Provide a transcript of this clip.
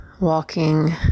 walking